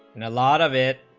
and a lot of it